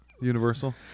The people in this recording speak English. universal